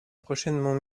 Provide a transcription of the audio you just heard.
prochainement